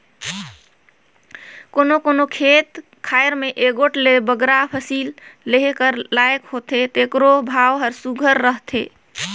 कोनो कोनो खेत खाएर में एगोट ले बगरा फसिल लेहे कर लाइक होथे तेकरो भाव हर सुग्घर रहथे